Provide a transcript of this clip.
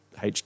HQ